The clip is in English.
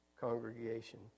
congregation